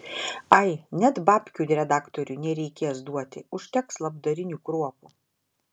ai net babkių redaktoriui nereikės duoti užteks labdarinių kruopų